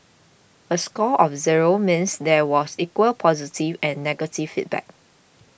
a score of zero means there was equal positive and negative feedback